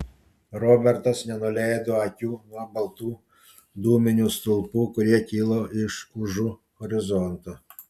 robertas nenuleido akių nuo baltų dūminių stulpų kurie kilo iš užu horizonto